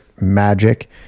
magic